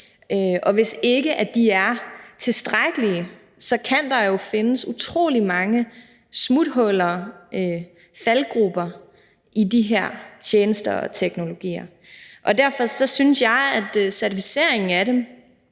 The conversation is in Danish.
for hvis de ikke er tilstrækkelig sikre, kan der findes utrolig mange smuthuller og faldgruber i de her tjenester og teknologier. Derfor synes jeg, at certificeringen af dem